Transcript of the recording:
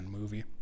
movie